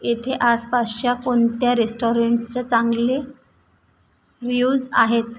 येथे आसपासच्या कोणत्या रेस्टॉरंट्सच्या चांगले रिव्यूज आहेत